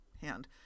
hand